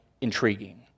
intriguing